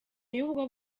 y’ubwo